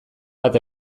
bat